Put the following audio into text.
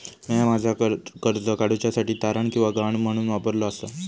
म्या माझा घर कर्ज काडुच्या साठी तारण किंवा गहाण म्हणून वापरलो आसा